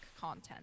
content